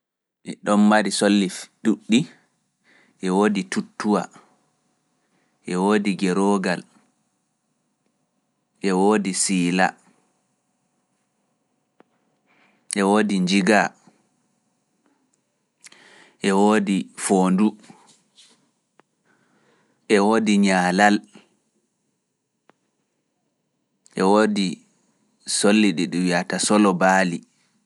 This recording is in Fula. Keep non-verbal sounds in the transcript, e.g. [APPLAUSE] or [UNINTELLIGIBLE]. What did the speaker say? [UNINTELLIGIBLE] Dɗon mari solli ɗuuɗɗi; e woodi tutuwa, e woodi gerogal, e woodi siila, e woodi njiga, e woodi foondu, e woodi ñaalal, e woodi solli ɗi ɗum wiyata solo baali.